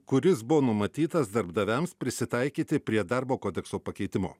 kuris buvo numatytas darbdaviams prisitaikyti prie darbo kodekso pakeitimo